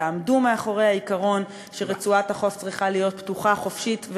ותעמדו מאחורי העיקרון שרצועת החוף צריכה להיות פתוחה וחופשית,